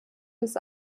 des